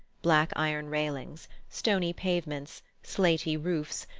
black iron railings, stony pavements, slaty roofs,